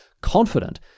confident